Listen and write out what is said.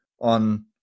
on